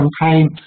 campaign